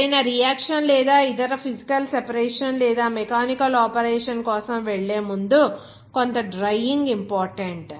ఏదైనా రియాక్షన్ లేదా ఇతర ఫీజికల్ సెపరేషన్ లేదా మెకానికల్ ఆపరేషన్ కోసం వెళ్ళే ముందు కొంత డ్రైయ్యింగ్ ఇంపార్టెంట్